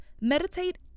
meditate